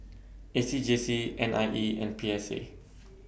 A C J C N I E and P S A